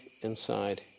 inside